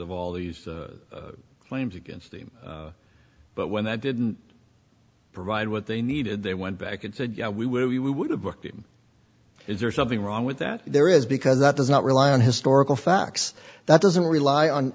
of all these claims against him but when that didn't provide what they needed they went back and said yeah we would've booked him is there something wrong with that there is because that does not rely on historical facts that doesn't rely on